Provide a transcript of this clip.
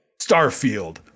Starfield